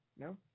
No